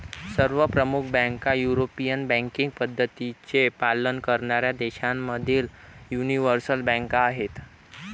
सर्व प्रमुख बँका युरोपियन बँकिंग पद्धतींचे पालन करणाऱ्या देशांमधील यूनिवर्सल बँका आहेत